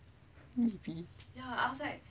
maybe